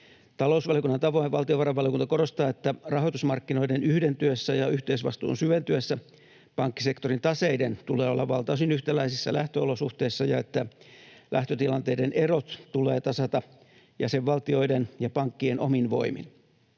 Talousvaliokunnan tavoin valtiovarainvaliokunta korostaa, että rahoitusmarkkinoiden yhdentyessä ja yhteisvastuun syventyessä pankkisektorin taseiden tulee olla valtaosin yhtäläisissä lähtöolosuhteissa ja että lähtötilanteiden erot tulee tasata jäsenvaltioiden ja pankkien omin voimin.